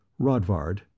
Rodvard